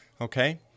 Okay